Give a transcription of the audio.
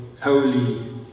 holy